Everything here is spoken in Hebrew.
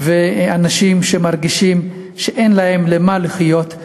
אנשים שמרגישים שאין להם בשביל מה לחיות.